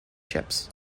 ships